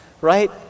right